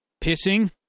Pissing